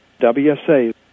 WSA